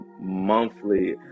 monthly